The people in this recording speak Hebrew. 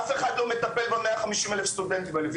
אף אחד לא מטפל ב-150 אלף סטודנטים האלה.